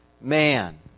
man